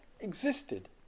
existed